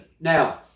Now